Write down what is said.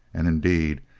and indeed,